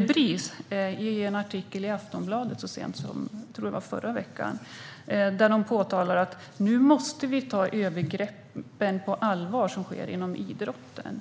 Bris i en artikel i Aftonbladet så sent som i förra veckan. Bris säger att nu måste vi ta övergreppen som sker inom idrotten på allvar.